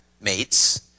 mates